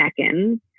Seconds